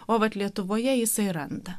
o vat lietuvoje jisai randa